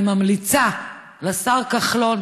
אני ממליצה לשר כחלון,